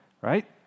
right